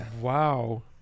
Wow